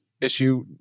issue